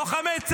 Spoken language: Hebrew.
לוחמי צה"ל,